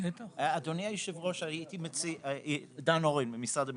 דן אורן ממשרד המשפטים.